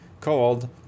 called